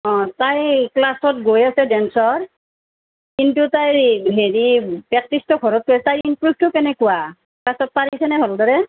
অঁ তাই ক্লাছত গৈ আছে ডেন্সৰ কিন্তু তাইৰ হেৰি প্ৰেক্টিছটো ঘৰতে তাইৰ ইমপ্ৰুভটো কেনেকুৱা ক্লাছত পাৰিছেনে ভালদৰে